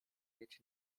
mieć